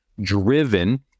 driven